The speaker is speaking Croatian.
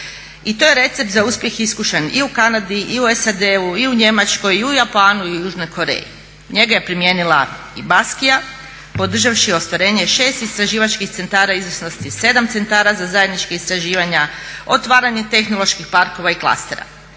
I to je recept za uspjeh iskušen i u Kanadi i u SAD-u i u Njemačkoj i u Japanu i u Južnoj Koreji. Njega je primijenila i Baskija podržavši ostvarenje 6 istraživačkih centara izvrsnosti, 7 centara za zajednička istraživanja, otvaranje tehnoloških parkova i klastera.